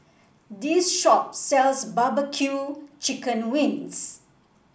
this shop sells bbq Chicken Wings